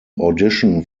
audition